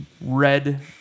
Red